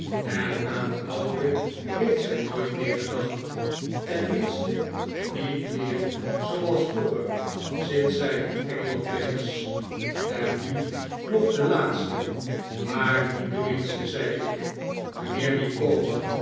en aan den oude heeft zij nooit meer gedacht tenminste niet meer zooals vroeger sinds zij uit engeland weg is en nu nog de laatste maar niet de minste zei ik mijnheer micawber